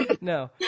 no